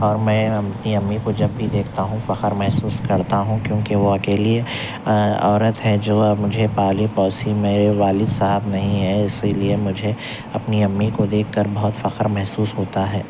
اور میں اپنی امی کو جب بھی دیکھتا ہوں فخر محسوس کرتا ہوں کیونکہ وہ اکیلی عورت ہے جو اب مجھے پالی پوسی میرے والد صاحب نہیں ہیں اسی لیے مجھے اپنی امی کو دیکھ کر بہت فخر محسوس ہوتا ہے